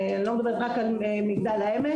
אני לא מדברת רק על מגדל העמק,